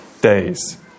days